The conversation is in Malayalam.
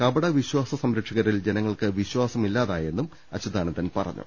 കപട വിശ്വാസ സംരക്ഷകരിൽ ജനങ്ങൾക്ക് വിശ്വാസമില്ലാതാ യെന്നും അച്യുതാനന്ദൻ പറഞ്ഞു